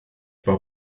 war